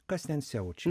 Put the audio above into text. kas ten siaučia